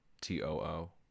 t-o-o